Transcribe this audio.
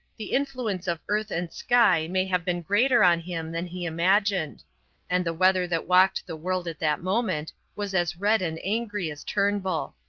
the influence of earth and sky may have been greater on him than he imagined and the weather that walked the world at that moment was as red and angry as turnbull.